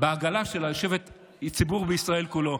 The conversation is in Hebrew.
בעגלה שלה יושב הציבור בישראל כולו.